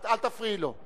אל תפריעי לו.